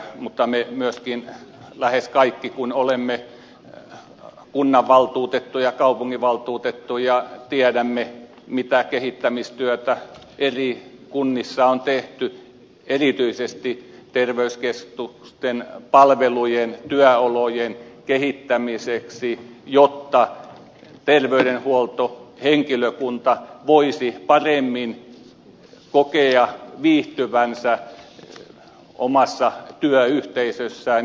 mutta me myös lähes kaikki kun olemme kunnanvaltuutettuja kaupunginvaltuutettuja tiedämme mitä kehittämistyötä eri kunnissa on tehty erityisesti terveyskeskusten palvelujen työolojen kehittämiseksi jotta terveydenhuoltohenkilökunta voisi paremmin kokea viihtyvänsä omassa työyhteisössään